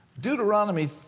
Deuteronomy